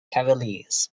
cavaliers